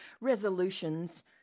resolutions